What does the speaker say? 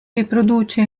riproduce